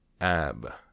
Ab